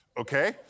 Okay